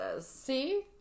See